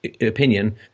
opinion